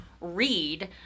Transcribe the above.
read